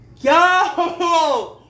Yo